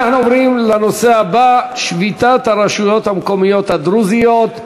אנחנו עוברים לנושא הבא: שביתת הרשויות המקומיות הדרוזיות,